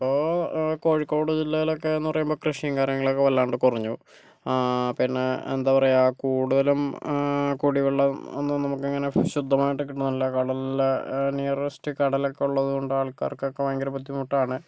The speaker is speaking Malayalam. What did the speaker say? ഇപ്പോൾ കോഴിക്കോട് ജില്ലയിൽ ഒക്കെ എന്ന് കൃഷിയും കാര്യങ്ങളൊക്കെ വല്ലാണ്ട് കുറഞ്ഞു പിന്നെ എന്താ പറയുക കൂടുതലും കുടിവെള്ളം ഒന്നും നമുക്ക് അങ്ങനെ ശുദ്ധമായിട്ട് കിട്ടണില്ല കടലിലെ നിയറെസ്റ് കടലോക്കെ ഉള്ളത് കൊണ്ട് ആൾക്കാർക്ക് ഒക്കെ ഭയങ്കര ബുദ്ധിമുട്ടാണ്